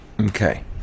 Okay